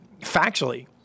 factually